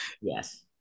Yes